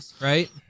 right